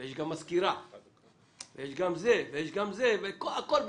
ויש גם מזכירה והכול ביחד,